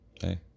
hey